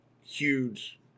huge